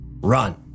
Run